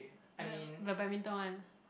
the the badminton one